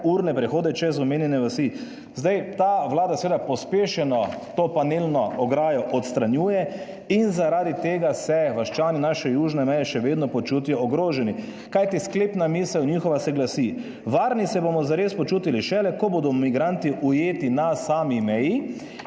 urne prehode čez omenjene vasi." Zdaj, ta Vlada seveda pospešeno to panelno ograjo odstranjuje in zaradi tega se vaščani naše južne meje še vedno počutijo ogroženi. Kajti sklepna misel njihova se glasi: "Varni se bomo zares počutili šele, ko bodo migranti ujeti na sami meji,